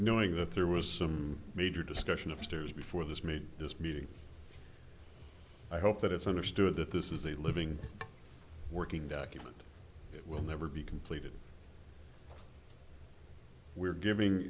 knowing that there was some major discussion of stairs before this made this meeting i hope that it's understood that this is a living working document it will never be completed we're giving